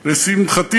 לשמחתי,